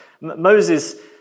Moses